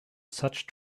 such